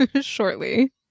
shortly